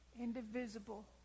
indivisible